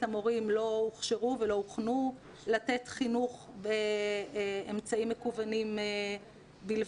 המורים לא הוכשרו ולא הוכנו לתת חינוך באמצעים מקוונים בלבד,